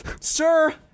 Sir